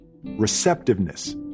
Receptiveness